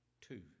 Two